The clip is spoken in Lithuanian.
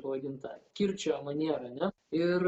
pavadint tą kirčio manierą ne ir